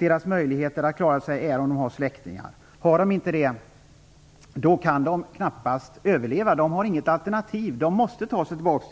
Deras enda möjlighet att klara sig är om de har släktingar. Har de inte det kan de knappast överleva. De har då alltså inget alternativ utan måste ta sig tillbaka